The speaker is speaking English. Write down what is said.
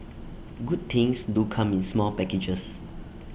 good things do come in small packages